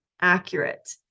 accurate